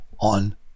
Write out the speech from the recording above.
on